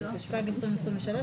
התשפ"ג-2023,